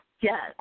Yes